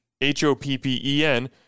H-O-P-P-E-N